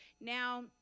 Now